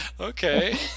Okay